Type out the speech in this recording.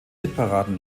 hitparaden